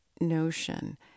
notion